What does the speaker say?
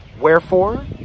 Wherefore